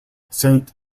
saint